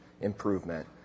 improvement